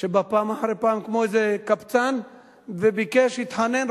שבא פעם אחר פעם כמו איזה קבצן וביקש, התחנן.